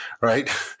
right